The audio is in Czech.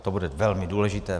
To bude velmi důležité.